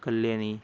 Kalyani